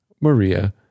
Maria